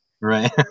Right